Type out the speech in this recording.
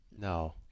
No